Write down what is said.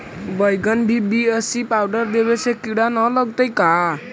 बैगन में BAC powder देबे से किड़ा न लगतै का?